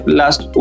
last